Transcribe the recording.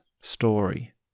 story